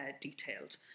detailed